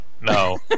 No